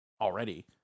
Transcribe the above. already